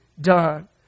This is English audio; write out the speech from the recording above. done